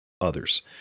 others